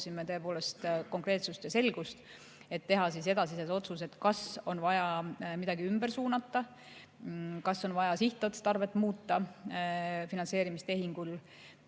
tõepoolest konkreetsust ja selgust, et teha edasised otsused, kas on vaja midagi ümber suunata, kas on vaja sihtotstarvet muuta finantseerimistehingul.